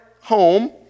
home